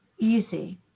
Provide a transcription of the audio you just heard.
easy